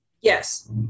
Yes